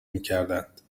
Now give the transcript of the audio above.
میکردند